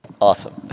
Awesome